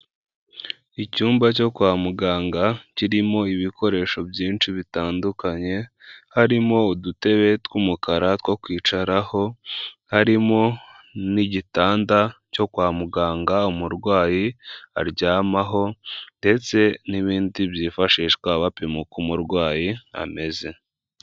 Icyumba cyo kwa muganga kirimo ibikoresho byinshi bitandukanye, harimo udutebe tw'umukara two kwicaraho, harimo n'igitanda cyo kwa muganga umurwayi aryamaho ndetse n'ibindi byifashishwa bapima uko umurwayi ameze.